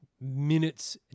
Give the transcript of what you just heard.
minutes